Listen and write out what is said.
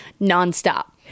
nonstop